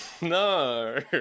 No